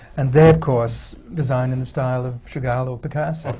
and they're of course designed in the style of chagall or picasso.